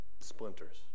splinters